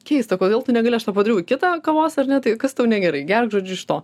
keista kodėl tu negali padariau į kitą kavos ar ne tai kas tau negerai gerk žodžiu iš to